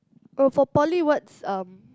oh for poly what's um